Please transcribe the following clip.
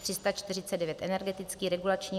349 Energetický regulační úřad